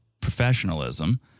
professionalism